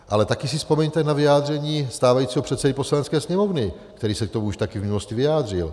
Ale taky si vzpomeňte na vyjádření stávajícího předsedy Poslanecké sněmovny, který se k tomu už taky v minulosti vyjádřil.